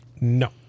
No